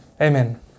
Amen